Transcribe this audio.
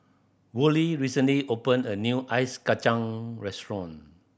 Worley recently opened a new ice kacang restaurant